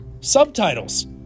Subtitles